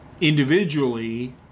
individually